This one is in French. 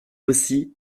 aussi